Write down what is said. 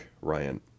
Ryan